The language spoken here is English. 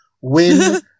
win